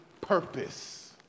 purpose